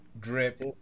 drip